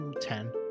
Ten